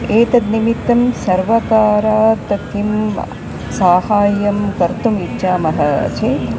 एतद्निमित्तं सर्वकारात् किं साहाय्यं कर्तुम् इच्छामः चेत्